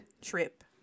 trip